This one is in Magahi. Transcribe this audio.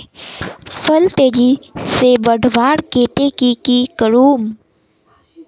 फल तेजी से बढ़वार केते की की करूम?